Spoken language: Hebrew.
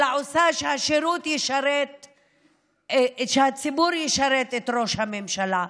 אלא עושה שהציבור ישרת את ראש הממשלה.